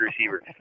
receiver